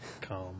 Come